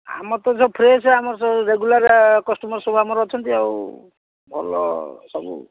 ଆମର ତ ସବୁ ଫ୍ରେଶ୍ ଆମର ସବୁ ରେଗୁଲାରିଆ କଷ୍ଟମର୍ ସବୁ ଆମର ଅଛନ୍ତି ଆଉ ଭଲ ସବୁ